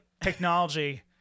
technology